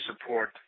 support